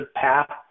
path